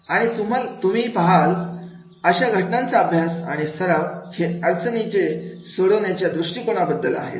आणि तुम्हीही पहाल अशा घटनांचा अभ्यास आणि सराव हे अडचणी सोडवण्याच्या दृष्टी कोणाबद्दल आहेत